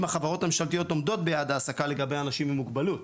החברות הממשלתיות עומדות ביעד העסקה לגבי אנשים עם מוגבלות.